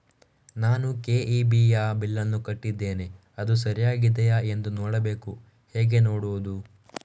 ನಾನು ಕೆ.ಇ.ಬಿ ಯ ಬಿಲ್ಲನ್ನು ಕಟ್ಟಿದ್ದೇನೆ, ಅದು ಸರಿಯಾಗಿದೆಯಾ ಎಂದು ನೋಡಬೇಕು ಹೇಗೆ ನೋಡುವುದು?